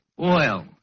Oil